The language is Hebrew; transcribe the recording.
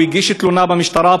הוא הגיש תלונה במשטרה,